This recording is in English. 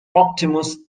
optimus